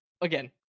again